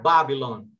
Babylon